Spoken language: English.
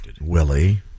Willie